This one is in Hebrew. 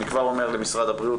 אני כבר אומר למשרד הבריאות,